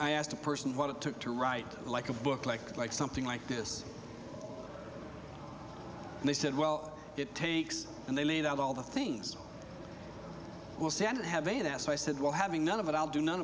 i asked a person what it took to write like a book like like something like this and they said well it takes and they laid out all the things we'll say and have a that so i said well having none of it i'll do none